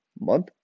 month